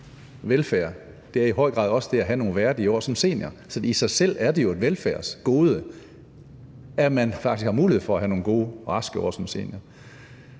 velfærd i høj grad også er det at have nogle værdige år som senior. Så i sig selv er det jo et velfærdsgode, at man faktisk har mulighed for at have nogle gode, raske år som senior.